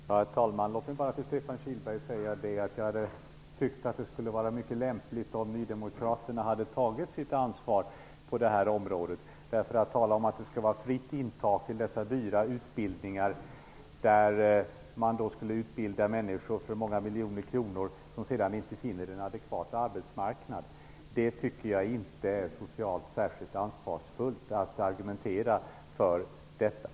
Herr talman! Låt mig bara säga till Stefan Kihlberg att jag tycker att det skulle har varit lämpligt om nydemokraterna hade tagit sitt ansvar på detta område. Det är inte särskilt socialt ansvarsfullt att argumentera för att det skulle vara fritt intag till dessa dyra utbildningar, där man för många miljoner kronor skulle utbilda människor som sedan inte skulle finna en adekvat arbetsmarknad.